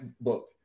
Book